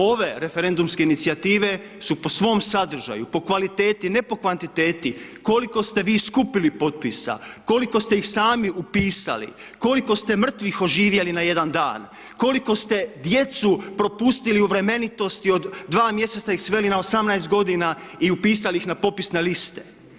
Ove referendumske inicijative su po svom sadržaju, po kvaliteti, ne po kvantiteti koliko ste vi skupili potpisa, koliko ste ih sami upisali, koliko ste mrtvih oživjeli na jedan dan, koliko ste djecu prepustili o vremenitosti od 2 mj. i sveli na 18 g. i upisali ih na popisne liste.